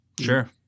Sure